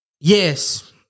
yes